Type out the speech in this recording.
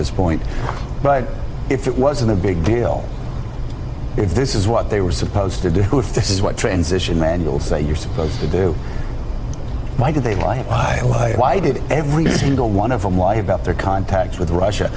this point but if it wasn't a big deal if this is what they were supposed to do who if this is what transition manuals that you're supposed to do why did they lie why did every single one of them lie about their contacts with russia